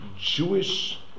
Jewish